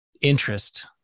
interest